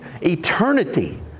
eternity